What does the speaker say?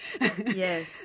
Yes